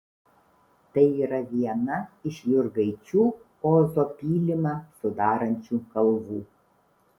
tai yra viena iš jurgaičių ozo pylimą sudarančių kalvų